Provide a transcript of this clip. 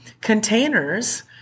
containers